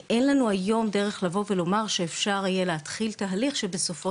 אין לנו היום דרך לבוא ולומר שאפשר יהיה להתחיל תהליך שבסופו